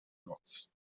noc